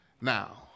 now